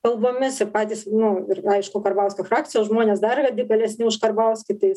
kalbomis ir patys nu ir aišku karbauskio frakcijos žmonės dar radikalesni už karbauskį tai jis